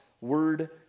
word